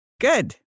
Good